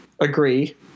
agree